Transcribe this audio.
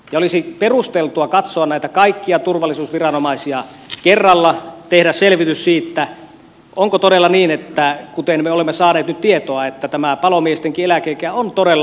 olisi perusteltua katsoa näitä kaikkia turvallisuusviranomaisia kerralla tehdä selvitys siitä onko todella niin kuten me olemme saaneet nyt tietoa että tämä palomiestenkin eläkeikä on todella ongelma